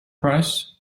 price